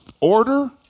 order